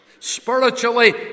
spiritually